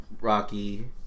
Rocky